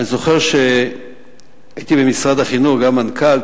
אני זוכר שהייתי במשרד החינוך גם מנכ"ל,